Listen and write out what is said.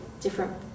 different